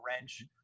wrench